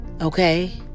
Okay